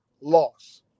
loss